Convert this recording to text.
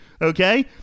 Okay